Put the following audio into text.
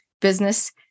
business